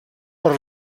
per